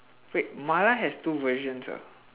wait mala has two versions ah